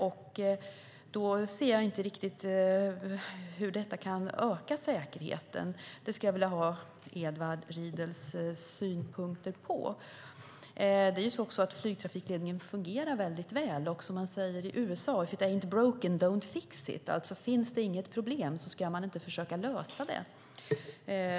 Jag ser inte riktigt hur detta kan öka säkerheten. Jag skulle vilja höra Edward Riedls synpunkter på det. Flygtrafikledningen fungerar mycket väl, och som man säger i USA: If it ain't broke, don't fix it! Finns det inget problem ska man inte försöka lösa det.